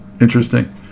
interesting